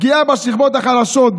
פגיעה בשכבות החלשות,